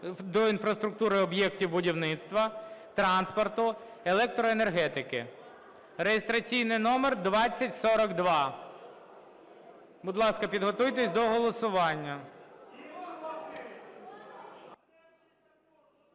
до інфраструктури об'єктів будівництва, транспорту, електроенергетики (реєстраційний номер 2042). Будь ласка, підготуйтесь до голосування.